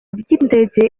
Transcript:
ry’indege